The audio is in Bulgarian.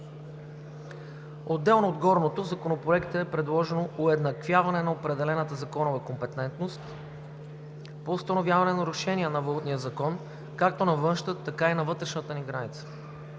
Отделно от горното в Законопроекта е предложено уеднаквяване на определената законова компетентност по установяването на нарушения на Валутния закон както на външната, така и на вътрешната граница.